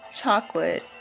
chocolate